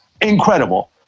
incredible